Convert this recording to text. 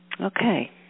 Okay